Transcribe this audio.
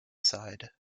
side